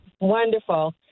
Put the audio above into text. Wonderful